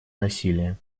насилия